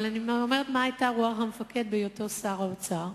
אבל אני אומרת מה היתה רוח המפקד בהיותו שר האוצר,